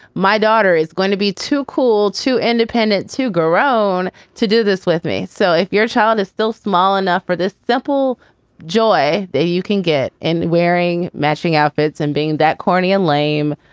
my daughter is going to be too cool, too independent, too grown to do this with me so if your child is still small enough for this simple joy that you can get in wearing matching outfits and being that corny and lame,